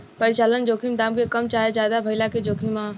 परिचालन जोखिम दाम के कम चाहे ज्यादे भाइला के जोखिम ह